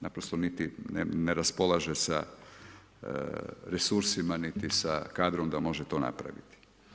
Naprosto niti ne raspolažu sa resursima niti sa kadrom da može to napraviti.